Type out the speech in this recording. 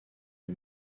les